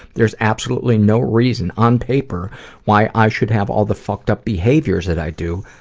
there's absolutely no reason on paper why i should have all the fucked up behaviors that i do,